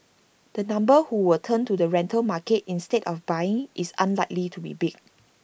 the number who will turn to the rental market instead of buying is unlikely to be big